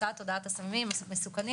הצעת הודעת הסמים המסוכנים,